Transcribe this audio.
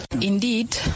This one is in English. Indeed